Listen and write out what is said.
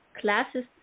classes